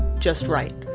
just write,